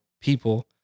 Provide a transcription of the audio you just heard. people